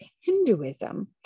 Hinduism